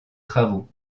travaux